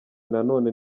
nanone